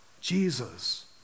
Jesus